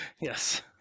yes